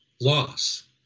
loss